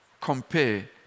compare